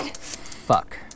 fuck